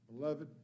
Beloved